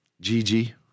Gigi